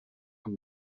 amb